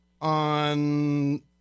on